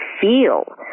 feel